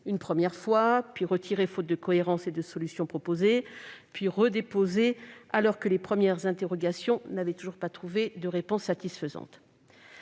une première fois, puis retiré faute de cohérence et de solutions, avant d'être à nouveau redéposé, alors que les premières interrogations n'avaient toujours pas trouvé de réponses satisfaisantes.